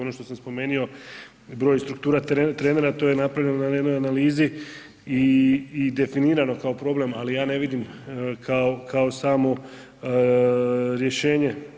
Ono što sam spomenio broj i struktura trenera to je napravljeno na jednoj analizi i definirano kao problem, ali ja ne vidim kao samo rješenje.